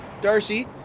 Darcy